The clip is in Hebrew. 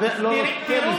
אל תגיד לי "סתום את הפה".